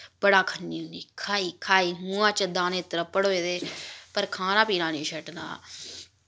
बड़ा खन्नी होन्नी खाई खाई मुहां च दाने त्रप्पड़ होए दे पर खाना पीना निं छड्डना